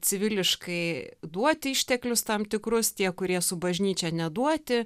civiliškai duoti išteklius tam tikrus tie kurie su bažnyčia neduoti